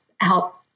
help